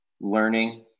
learning